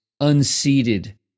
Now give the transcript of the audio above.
unseated